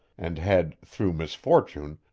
and had, through misfortune,